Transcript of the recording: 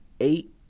eight